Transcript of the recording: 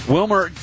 Wilmer